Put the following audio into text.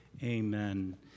Amen